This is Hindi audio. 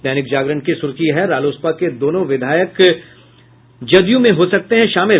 दैनिक जागरण की सुर्खी है रालोसपा के दोनों विधायक जदयू में हो सकते हैं शामिल